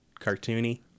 cartoony